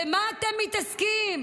במה אתם מתעסקים?